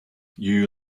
you